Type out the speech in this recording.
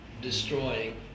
destroying